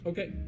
Okay